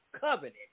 covenant